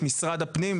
את משרד הפנים,